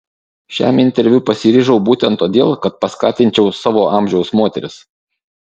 šiam interviu pasiryžau būtent todėl kad paskatinčiau savo amžiaus moteris